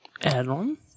add-on